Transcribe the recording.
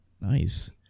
Nice